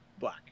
black